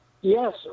Yes